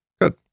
Good